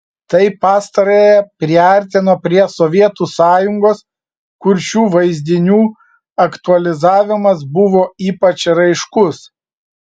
tai pastarąją priartino prie sovietų sąjungos kur šių vaizdinių aktualizavimas buvo ypač raiškus